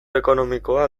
ekonomikoa